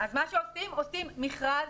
מה שעושים, עושים מכרז.